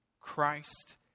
Christ